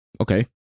Okay